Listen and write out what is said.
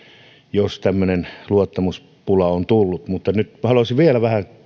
jos tämmöinen luottamuspula on tullut mutta nyt haluaisin vielä vähän